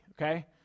okay